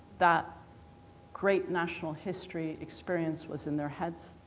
that great national history experience was in their heads.